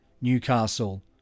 Newcastle